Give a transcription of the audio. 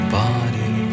body